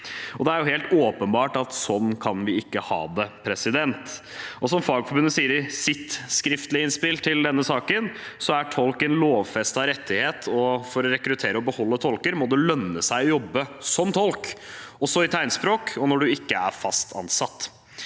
Det er helt åpenbart at vi ikke kan ha det sånn. Som Fagforbundet sier i sitt skriftlige innspill til denne saken: «Tolk er en lovfestet rettighet, og for å rekruttere og beholde tolker, må det lønne seg å jobbe som tolk – også i tegnspråk, og når du ikke er fast ansatt.»